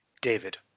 David